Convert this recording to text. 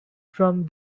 from